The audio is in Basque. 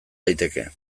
daiteke